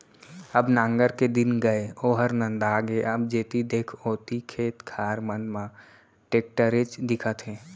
अब नांगर के दिन गय ओहर नंदा गे अब जेती देख ओती खेत खार मन म टेक्टरेच दिखत हे